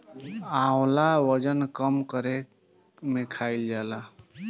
आंवला वजन कम करे में खाईल जाला